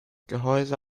gehäuse